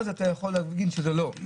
אז אתה יכול להגיד שזה לא,